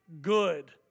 good